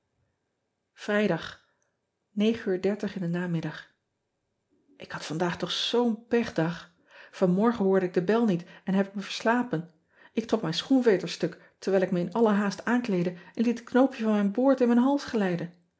rijdag n m k had vandaag toch zoo n pechdag anmorgen hoorde ik de bel niet en heb ik me verslapen k trok mijn schoenveter stuk terwijl ik me in alle haast aankleedde en liet het knoopje van mijn boord in mijn hals glijden